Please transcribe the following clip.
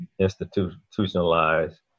institutionalized